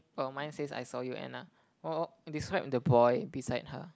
for mine says I saw you Anna what what describe the boy beside her